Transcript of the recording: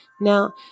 Now